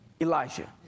Elijah